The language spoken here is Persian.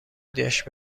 داشت